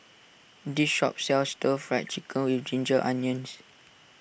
this shop sells Stir Fry Chicken with Ginger Onions